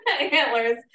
Antlers